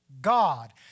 God